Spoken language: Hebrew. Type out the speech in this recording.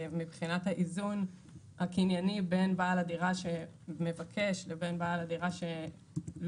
מבחינת האיזון הקנייני בין בעל הדירה שמבקש לבין בעל הדירה שלא